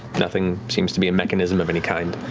nothing seems to be a mechanism of any kind.